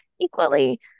equally